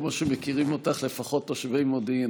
כמו שמכירים אותך לפחות תושבי מודיעין,